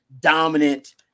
dominant –